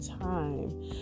time